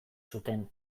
zuten